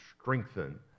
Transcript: strengthen